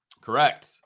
Correct